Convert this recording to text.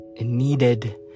needed